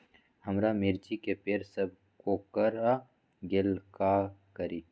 हमारा मिर्ची के पेड़ सब कोकरा गेल का करी?